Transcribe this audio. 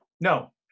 No